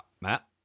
Matt